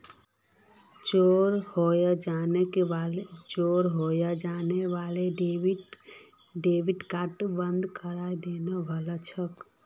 चोरी हाएं जाने वाला डेबिट कार्डक बंद करिहें देना भला छोक